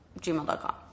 gmail.com